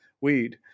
weed